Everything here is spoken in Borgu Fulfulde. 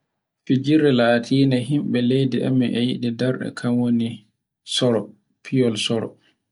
Fijirde latinde himbe leydi emin e yiɗo darɗe kan woni saro, fiyol soro